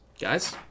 guys